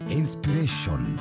inspiration